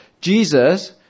Jesus